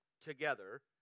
together